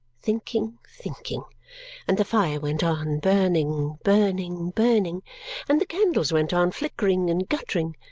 thinking, thinking and the fire went on, burning, burning, burning and the candles went on flickering and guttering,